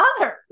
others